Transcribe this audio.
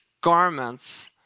garments